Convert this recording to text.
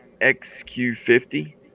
XQ50